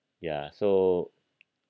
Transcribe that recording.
ya so